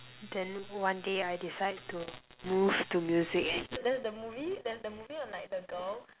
then one day I decide to move to music